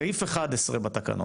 סעיף 11 בתקנות,